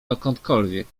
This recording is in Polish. dokądkolwiek